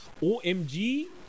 OMG